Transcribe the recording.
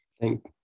Thank